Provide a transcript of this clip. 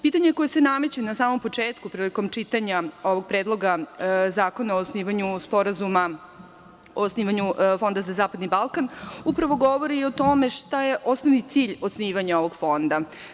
Pitanje koje se nameće na samom početku, prilikom čitanja ovog Predloga zakona o osnivanju Fonda za zapadni Balkan, upravo govori i o tome šta je osnovni cilj osnivanja ovog fonda.